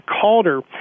Calder